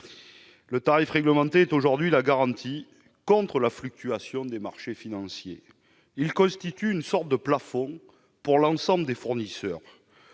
Les tarifs réglementés sont aujourd'hui une garantie contre la fluctuation des marchés financiers. Ils constituent une sorte de plafond pour l'ensemble des fournisseurs.